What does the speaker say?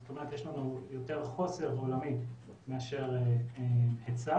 זאת אומרת יש לנו יותר חוסר עולמי מאשר היצע.